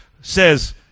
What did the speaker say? says